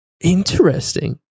Interesting